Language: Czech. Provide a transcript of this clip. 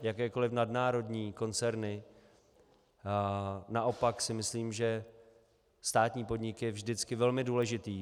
Jakékoli nadnárodní koncerny, naopak si myslím, že státní podnik je vždycky velmi důležitý.